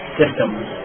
systems